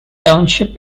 township